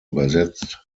übersetzt